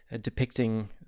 depicting